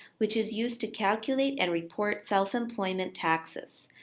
which is used to calculate and report self-employment taxes.